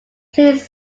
please